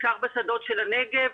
בעיקר בשדות של הנגב.